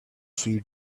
sweet